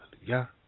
Hallelujah